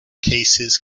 cases